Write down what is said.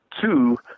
Two